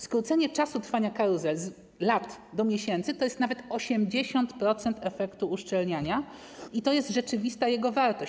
Skrócenie czasu trwania karuzel z lat do miesięcy to jest nawet 80% efektu uszczelniania i to jest rzeczywista jego wartość.